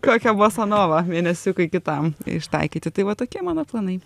kokią bosanovą mėnesiukui kitam ištaikyti tai va tokie mano planai